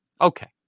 Okay